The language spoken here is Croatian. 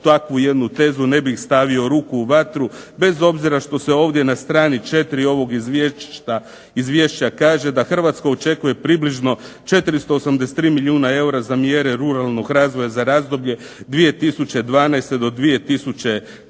takvu jednu tezu ne bih stavio ruku u vatru, bez obzira što se ovdje na strani 4. ovog izvješća kaže da Hrvatsku očekuje približno 483 milijuna eura za mjere ruralnog razvoja za razbolje 2012. do 2013.,